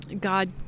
God